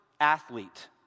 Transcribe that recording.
athlete